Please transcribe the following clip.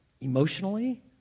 emotionally